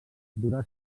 durà